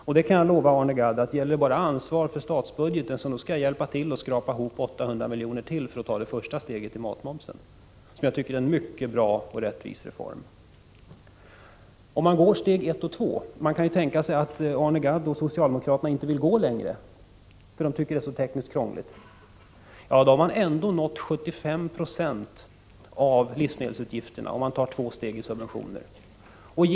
Och jag kan lova Arne Gadd att gäller det bara att ta ansvar för statsbudgeten, så nog skall jag hjälpa till att skrapa ihop 800 miljoner till för att vi skall kunna ta det första steget i fråga om matmomsen, som jag tycker är en mycket bra och rättvis reform. Om man går steg ett och två — vi kan ju tänka oss att Arne Gadd och övriga socialdemokrater inte vill gå längre, därför att de tycker att det är så tekniskt krångligt — har man ändå nått fram till 75 96 av livsmedelsutgifterna. Detta gäller alltså om man tar två steg då det gäller subventioner.